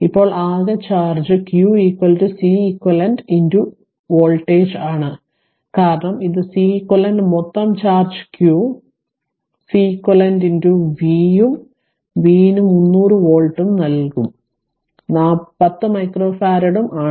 ഇപ്പോൾ ആകെ charge q Ceq v ആണ് കാരണം ഇത് Ceq മൊത്തം ചാർജ് q Ceq v ഉം v ന് 300 വോൾട്ടും 10 മൈക്രോഫാരഡും ആണ്